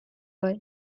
bai